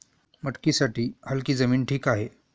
मटकीसाठी हलकी जमीन ठीक आहे